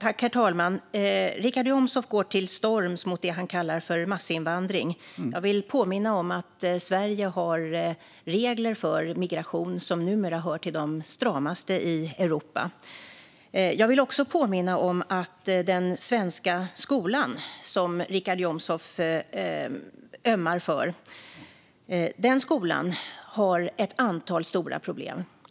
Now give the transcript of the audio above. Herr talman! Richard Jomshof går till storms mot det han kallar för massinvandring. Jag vill påminna om att Sverige har regler för migration som numera hör till de stramaste i Europa. Jag vill också påminna om att den svenska skolan, som Richard Jomshof ömmar för, har ett antal stora problem.